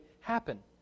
happen